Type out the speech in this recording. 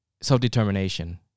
self-determination